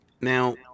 now